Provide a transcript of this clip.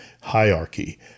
hierarchy